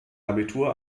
abitur